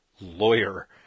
Lawyer